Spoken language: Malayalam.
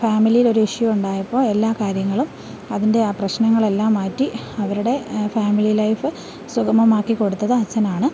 ഫാമിലിയിൽ ഒരു ഇഷ്യു ഉണ്ടായപ്പോൾ എല്ലാ കാര്യങ്ങളും അതിൻ്റെ ആ പ്രശ്നങ്ങളെല്ലാം മാറ്റി അവരുടെ ഫാമിലി ലൈഫ് സുഗമമാക്കി കൊടുത്തത് അച്ഛനാണ്